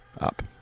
up